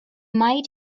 might